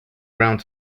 round